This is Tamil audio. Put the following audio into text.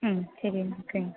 ம் சரிங்க ஓகேங்க